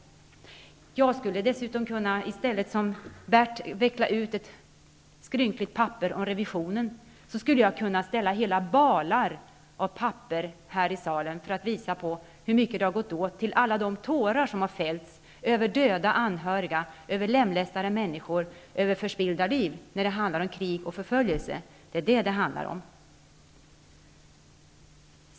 Däremot skulle jag -- i stället för att göra som Bert Karlsson, dvs. veckla ut ett skrynkligt papper med uppgifter om revisionen -- kunna placera hela balar med papper här i salen för att visa hur mycket papper som har gått åt för alla tårar som har fällts över döda anhöriga, över lemlästade människor och över förspillda liv när det gäller krig och förföljelse. Det är vad det handlar om.